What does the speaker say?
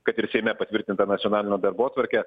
kad ir seime patvirtinta nacionalinio darbotvarkė